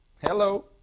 Hello